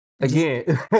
again